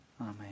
Amen